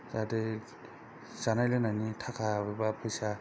जाहाथे जानाय लोंनायनि थाखा एबा फैसा